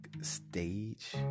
stage